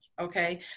Okay